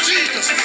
Jesus